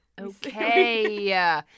Okay